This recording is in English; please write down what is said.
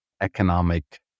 economic